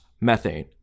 methane